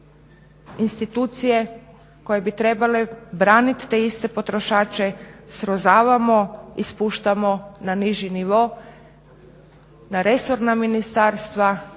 institucije koje bi trebale braniti te iste potrošače srozavamo i spuštamo na niži nivo na resorna ministarstva